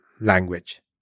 language